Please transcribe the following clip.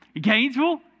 Gainesville